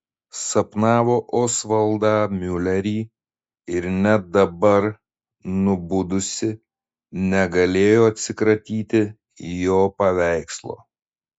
sapnavo osvaldą miulerį ir net dabar nubudusi negalėjo atsikratyti jo paveikslo